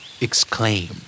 exclaim